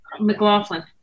mclaughlin